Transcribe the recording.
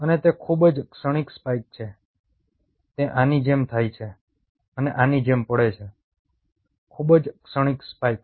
અને તે ખૂબ જ ક્ષણિક સ્પાઇક છે તે આની જેમ થાય છે અને આની જેમ પડે છે ખૂબ જ ક્ષણિક સ્પાઇક